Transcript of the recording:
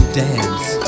dance